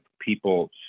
people